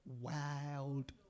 wild